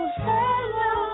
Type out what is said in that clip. hello